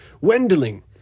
Wendling